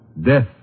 death